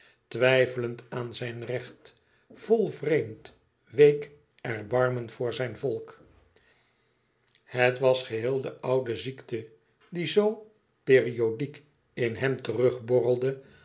twijfelend aan zijn recht vol vreemd week erbarmen voor zijn volk het was geheel de oude ziekte die zoo periodiek in hem